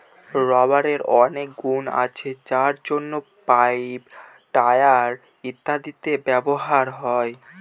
রাবারের অনেক গুন আছে যার জন্য পাইপ, টায়ার ইত্যাদিতে ব্যবহার হয়